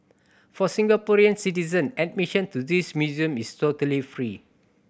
for Singaporean citizen admission to this museum is totally free